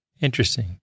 Interesting